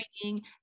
training